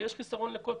כי יש חיסרון לגודל קטן.